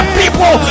people